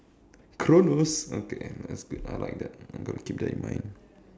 Kronos okay and that's good I like that I'm gonna keep that in mind